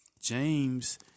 James